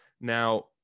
Now